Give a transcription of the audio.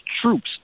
troops